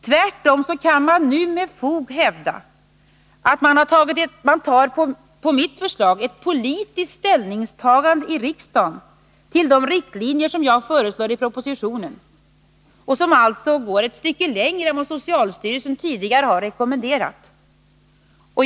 Tvärtom kan man med fog hävda att man nu genom ett politiskt ställningstagande i riksdagen till de riktlinjer som jag föreslår i propositionen går ett stycke längre än vad socialstyrelsen tidigare har rekommenderat.